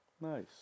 Nice